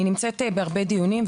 אני נמצאת בהרבה דיונים,